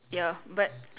ya but